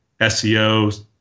SEO